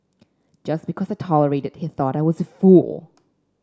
just because I tolerated he thought I was a fool